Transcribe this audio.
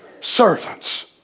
servants